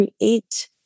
create